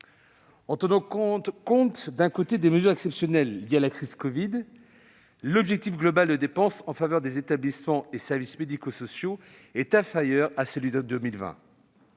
l'on tient compte des dispositions exceptionnelles liées à la crise de la covid-19, l'objectif global de dépenses en faveur des établissements et services médico-sociaux reste inférieur à celui de 2020.